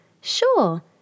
Sure